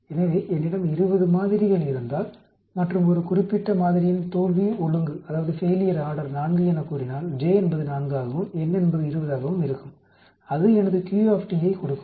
எனவே என்னிடம் 20 மாதிரிகள் இருந்தால் மற்றும் ஒரு குறிப்பிட்ட மாதிரியின் தோல்வி ஒழுங்கு 4 எனக் கூறினால் j என்பது 4 ஆகவும் n என்பது 20 ஆகவும் இருக்கும் அது எனது Q ஐக் கொடுக்கும்